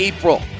April